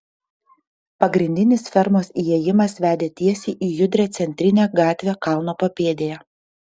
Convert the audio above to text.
pagrindinis fermos įėjimas vedė tiesiai į judrią centrinę gatvę kalno papėdėje